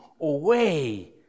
away